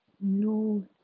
no